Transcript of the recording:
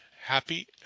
happy